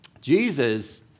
Jesus